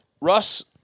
Russ